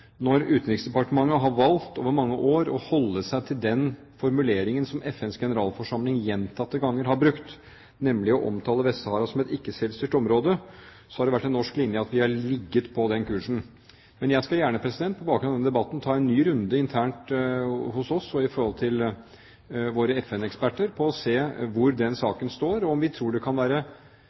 Når Utenriksdepartementet over mange år har valgt å holde seg til den formuleringen som FNs generalforsamling gjentatte ganger har brukt, nemlig å omtale Vest-Sahara som et ikke-selvstyrt område, har det vært en norsk linje at vi har ligget på den kursen. Men jeg skal gjerne på bakgrunn av denne debatten ta en ny runde internt hos oss og be våre FN-eksperter se på hvor den saken står, og om man tror det kan være